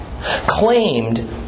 claimed